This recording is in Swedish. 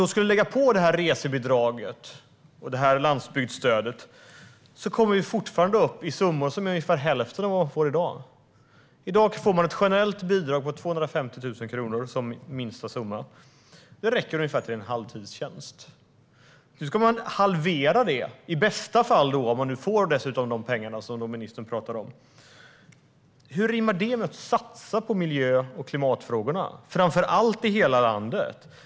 Men om vi lägger på resebidraget och landsbygdsstödet kommer vi fortfarande upp i summor som är ungefär hälften av vad man får i dag. I dag får man ett generellt bidrag på 250 000 kronor som minsta summa. Det räcker till ungefär en halvtidstjänst. Nu ska det halveras, i bästa fall - om man får de pengar som ministern talar om. Hur rimmar det med att satsa på miljö och klimatfrågorna, framför allt i hela landet?